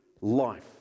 life